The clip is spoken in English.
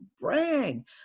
brag